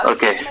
Okay